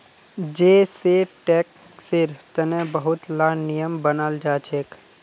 जै सै टैक्सेर तने बहुत ला नियम बनाल जाछेक